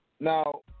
Now